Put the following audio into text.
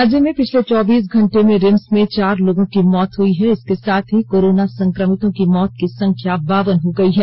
राज्य में पिछले चौबीस घंटे में रिम्स में चार लोगों की मौत हई है इसके साथ ही कोरोना संक्रमितों की मौत की संख्या बावन हो गई है